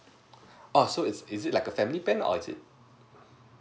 oh so it's is it like a family plan or is it